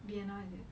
vienna is it